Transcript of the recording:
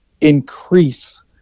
increase